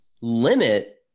limit